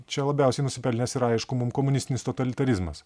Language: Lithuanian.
čia labiausiai nusipelnęs yra aišku mum komunistinis totalitarizmas